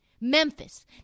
Memphis